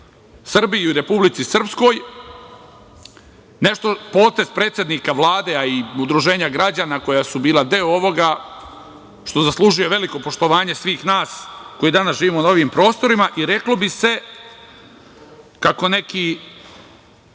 Srbiji i u Republici Srpskoj. Potez predsednika Vlade, a i udruženja građana koja su bila deo ovoga, što zaslužuje veliko poštovanje svih nas koji danas živimo na ovim prostorima, i reklo bi se kako neki